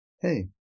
hey